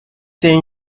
saying